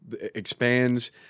expands